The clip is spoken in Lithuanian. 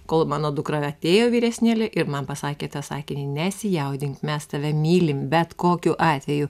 kol mano dukra atėjo vyresnėlė ir man pasakė tą sakinį nesijaudink mes tave mylim bet kokiu atveju